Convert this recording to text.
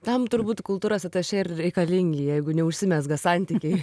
tam turbūt kultūros atašė ir reikalingi jeigu neužsimezga santykiai